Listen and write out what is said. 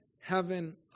heaven